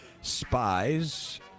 spies